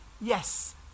Yes